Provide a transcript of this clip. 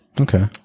Okay